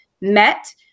met